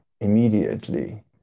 immediately